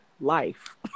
life